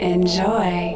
Enjoy